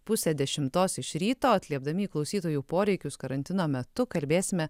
pusę dešimtos iš ryto atliepdami į klausytojų poreikius karantino metu kalbėsime